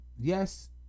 Yes